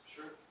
Sure